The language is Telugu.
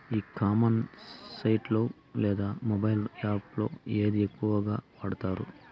ఈ కామర్స్ సైట్ లో లేదా మొబైల్ యాప్ లో ఏది ఎక్కువగా వాడుతారు?